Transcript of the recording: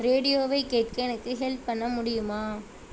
ரேடியோவை கேட்க எனக்கு ஹெல்ப் பண்ண முடியுமா